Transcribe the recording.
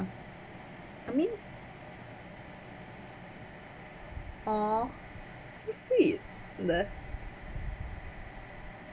I mean !aww! so sweet leh